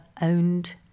owned